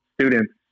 students